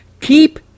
Keep